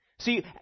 See